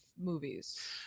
movies